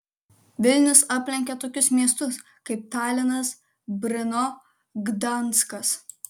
vilnius aplenkė tokius miestus kaip talinas brno gdanskas